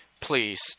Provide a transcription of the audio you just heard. Please